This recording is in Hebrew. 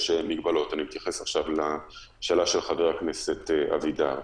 אני מתייחס עכשיו לשאלה של חבר הכנסת אבידר.